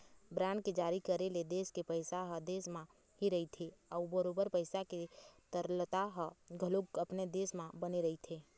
bond के जारी करे ले देश के पइसा ह देश म ही रहिथे अउ बरोबर पइसा के तरलता ह घलोक अपने देश म बने रहिथे